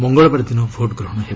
ମଙ୍ଗଳବାର ଦିନ ଭୋଟ୍ ଗ୍ରହଣ ହେବ